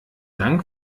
dank